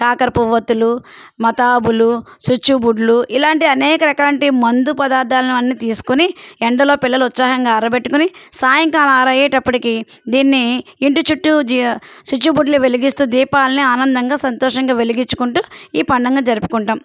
కాకర పువ్వొత్తులు మతాబులు చిచ్చుబుడ్లు ఇలాంటి అనేక రకమైన మందు పదార్థాలను అన్నీ తీసుకొని ఎండలో పిల్లలు ఉత్సాహంగా అరబెట్టుకుని సాయంకాలం ఆరు అయ్యేటప్పటికీ దీన్ని ఇంటి చుట్టూ చిచ్చుబుడ్లు వెలిగిస్తూ దీపాలని ఆనందంగా సంతోషంగా వెలిగిచ్చుకుంటూ ఈ పండగను జరుపుకుంటాము